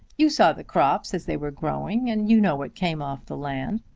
you saw the crops as they were growing, and you know what came off the land.